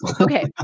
Okay